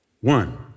one